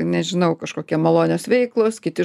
nežinau kažkokia malonios veiklos kiti